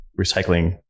recycling